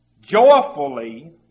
Joyfully